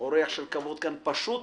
אורח של כבוד כאן, פשוט